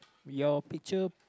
your picture